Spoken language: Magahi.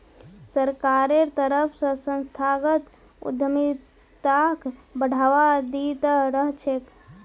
सरकारेर तरफ स संस्थागत उद्यमिताक बढ़ावा दी त रह छेक